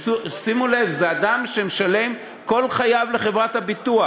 שימו לב, זה אדם שמשלם כל חייו לחברת הביטוח,